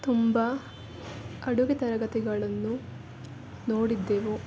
ತುಂಬಾ ಅಡುಗೆ ತರಗತಿಗಳನ್ನು ನೋಡಿದ್ದೆವು